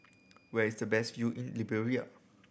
where is the best view in Liberia